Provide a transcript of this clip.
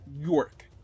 York